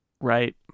Right